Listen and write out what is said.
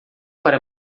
para